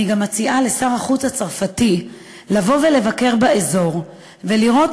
אני גם מציעה לשר החוץ הצרפתי לבוא ולבקר באזור ולראות